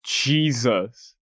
Jesus